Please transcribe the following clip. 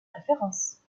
référence